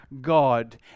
God